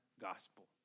gospel